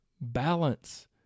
balance